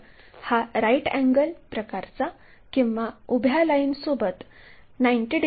तर हा right angle प्रकारचा किंवा उभ्या लाइन सोबत 90 डिग्री बनवणारा असेल